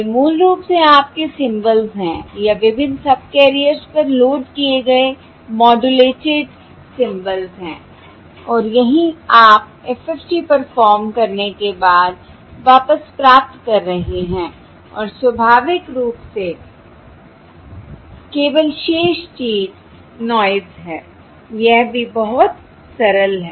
ये मूल रूप से आपके सिंबल्स हैं या विभिन्न सबकैरियर्स पर लोड किए गए मोडूलेटिड सिंबल्स हैं और यही आप FFT परफॉर्म करने के बाद वापस प्राप्त कर रहे हैं और स्वाभाविक रूप से केवल शेष चीज नॉयस है यह भी बहुत सरल है